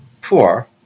poor